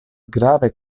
grave